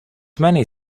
many